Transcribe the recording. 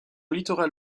littoral